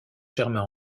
germain